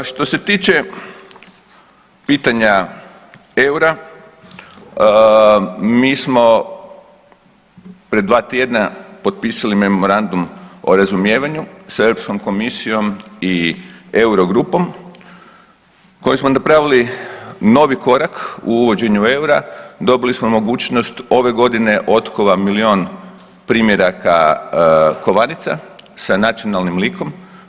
Što se tiče pitanja eura, mi smo pred 2 tjedna potpisali memorandum o razumijevanju s EU komisijom i euro grupom koju smo napravili novi korak u uvođenju eura, dobili smo mogućnost ove godine otkova milijun primjeraka kovanica sa nacionalnim likom.